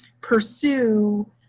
pursue